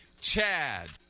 Chad